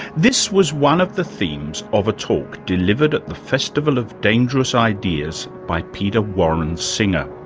this was one of the themes of a talk delivered at the festival of dangerous ideas by peter warren singer,